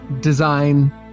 design